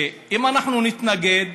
שאם אנחנו נתנגד